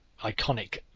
iconic